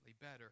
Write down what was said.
better